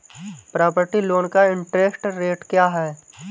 Property loan का interest rate क्या है?